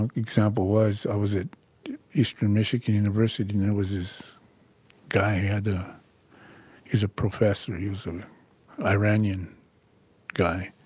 and example was i was at eastern michigan university and there was this guy, ah and he's a professor, he's an iranian guy,